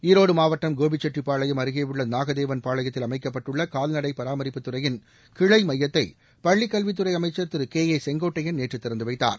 ஈரோடு மாவட்டம் கோபிச்செட்டிபாளையம் அருகேயுள்ள நாகதேவன் பாளையத்தில் அமைக்கப்பட்டுள்ள கால்நடை பராமரிப்புத்துறையின் கிளை மையத்தை பள்ளிக் கல்வித்துறை அமைச்சர் திரு கே ஏ செங்கோட்டையன் நேற்று திறந்து வைத்தார்